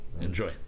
Enjoy